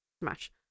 smash